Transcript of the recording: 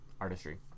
artistry